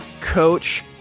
coach